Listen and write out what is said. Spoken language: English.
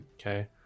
Okay